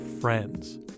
friends